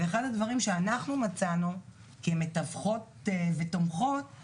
ואחד הדברים שאנחנו מצאנו כמתווכות ותומכות הוא